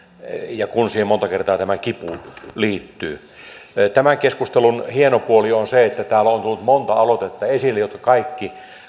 ja kun siihen monta kertaa liittyy kipu tämän keskustelun hieno puoli on se että täällä on tullut esille monta aloitetta jotka kaikki